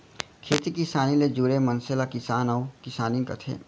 खेती किसानी ले जुरे मनसे ल किसान अउ किसानिन कथें